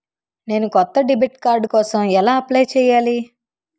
నేను కొత్త debit card కోసం ఎలా అప్లయ్ చేయాలి?